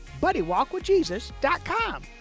BuddyWalkWithJesus.com